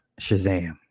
shazam